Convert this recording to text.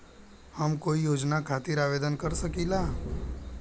हम कोई योजना खातिर आवेदन कर सकीला?